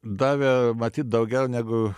davė matyt daugiau negu